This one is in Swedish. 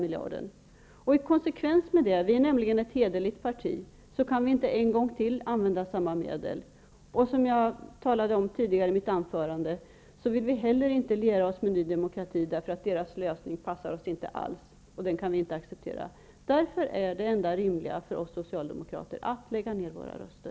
I konsekvens med det -- vi är nämligen ett hederligt parti -- kan vi inte en gång till använda samma medel. Vi vill inte heller liera oss med Ny demokrati, eftersom deras lösning inte passar oss alls, som jag talade om i mitt anförande. Den kan vi inte acceptera. Därför är det enda rimliga för oss socialdemokrater att lägga ner våra röster.